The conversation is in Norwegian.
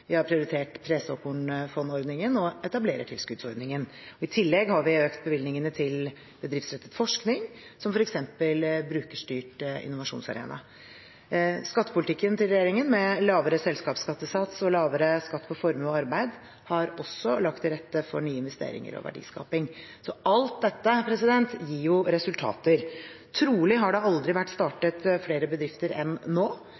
Vi har prioritert presåkornfondordningen og etablerertilskuddsordningen. I tillegg har vi økt bevilgningene til bedriftsrettet forskning, som f.eks. Brukerstyrt innovasjonsarena. Skattepolitikken til regjeringen med lavere selskapsskattesats og lavere skatt på formue og arbeid har også lagt til rette for nye investeringer og verdiskaping. Alt dette gir resultater. Trolig har det aldri vært startet flere bedrifter enn nå.